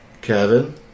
Kevin